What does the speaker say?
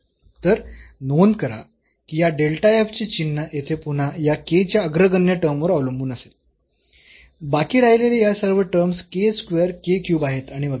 तर नोंद करा की या चे चिन्ह येथे पुन्हा या k च्या अग्रगण्य टर्म वर अवलंबून असेल बाकी राहिलेल्या या सर्व terms k square k cube आहेत आणि वगैरे